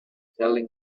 telling